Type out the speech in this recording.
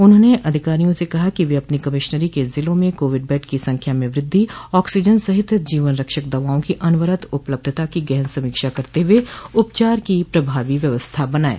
उन्होंने अधिकारियों से कहा कि वे अपनी कमिशनरी के जिलों में कोविड बेड की संख्या में वृद्धि ऑक्सीजन सहित जीवन रक्षक दवाओं की अनवरत उपलब्धता की गहन समीक्षा करते हुए उपचार की प्रभावी व्यवस्था बनाये